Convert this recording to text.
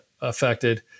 affected